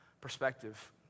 perspective